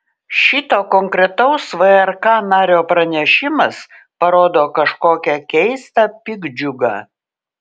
šito konkretaus vrk nario pranešimas parodo kažkokią keistą piktdžiugą